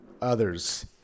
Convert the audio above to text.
others